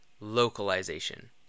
Localization